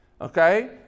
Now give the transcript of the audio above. okay